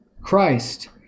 Christ